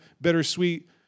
bittersweet